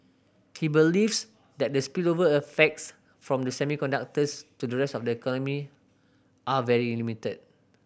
he believes that the spillover effects from semiconductors to the rest of the economy are very limited